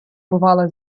бувало